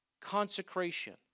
consecration